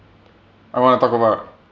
I want to talk about